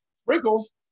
sprinkles